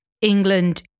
England